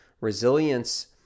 Resilience